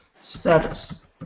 status